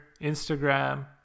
Instagram